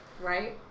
Right